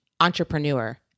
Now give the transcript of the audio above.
entrepreneur